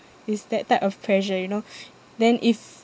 is that type of pressure you know then if